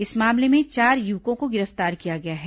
इस मामले में चार युवकों को गिरफ्तार किया गया है